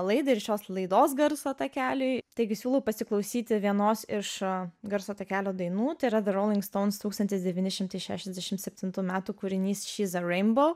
laidai ir šios laidos garso takeliui taigi siūlau pasiklausyti vienos iš garso takelio dainų tai yra rolling stones tūikstantis devyni šimtai šešiasdešimt septintųjų metų kūrinys shes a rainbow